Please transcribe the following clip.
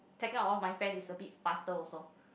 second of all my friend is a bit faster also